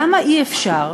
למה אי-אפשר,